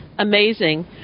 Amazing